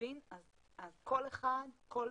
כל אחד, כל